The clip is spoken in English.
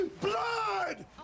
blood